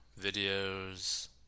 videos